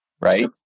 right